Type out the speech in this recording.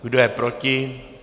Kdo je proti?